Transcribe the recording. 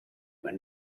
were